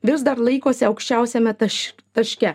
vis dar laikosi aukščiausiame taš taške